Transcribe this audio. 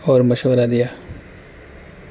اور مشورہ دیا